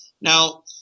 Now